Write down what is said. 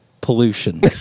pollution